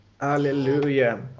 Hallelujah